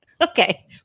Okay